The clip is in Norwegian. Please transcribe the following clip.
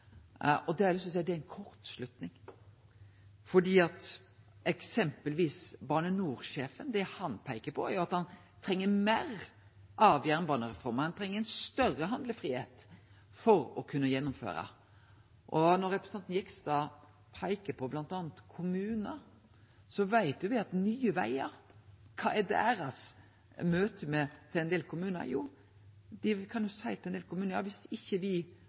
det er ei kortslutning, for eksempelvis det Bane NOR-sjefen peiker på, er at han treng meir av jernbanereforma, han treng større handlefridom for å kunne gjennomføre. Og når representanten Jegstad peiker på bl.a. kommunar – kva skjer med Nye Vegar i deira møte med ein del kommunar? Jo, dei kan seie til ein del kommunar at om me ikkje